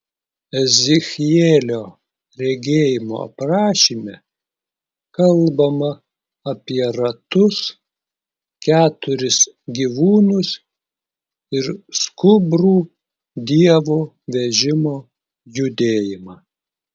ezechielio regėjimo aprašyme kalbama apie ratus keturis gyvūnus ir skubrų dievo vežimo judėjimą